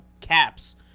Caps